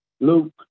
luke